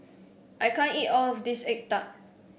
I can't eat all of this egg tart